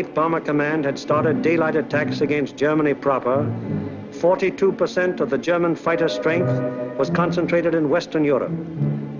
of command had started daylight attacks against germany proper forty two percent of the german fighter strength was concentrated in western europe